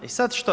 I sad što?